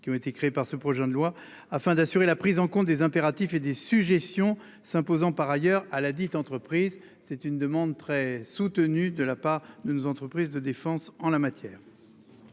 qui ont été créés par ce projet de loi afin d'assurer la prise en compte des impératifs et des suggestions s'imposant par ailleurs à la dite entreprise. C'est une demande très soutenue de la part de nos entreprises de défense en la matière.